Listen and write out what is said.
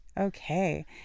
Okay